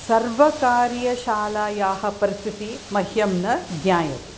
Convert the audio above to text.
सर्वकारीयशालायाः परिस्थितिः मह्यं न ज्ञायते